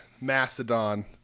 Mastodon